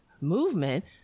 movement